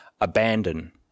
abandon